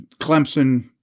Clemson